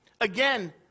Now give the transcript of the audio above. Again